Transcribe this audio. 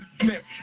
Smith